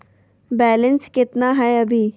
Balance केतना हय अभी?